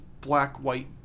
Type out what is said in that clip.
black-white